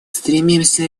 стремимся